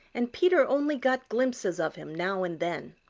and peter only got glimpses of him now and then.